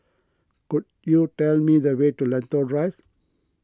could you tell me the way to Lentor Drive